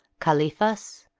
calyphas,